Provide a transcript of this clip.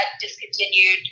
discontinued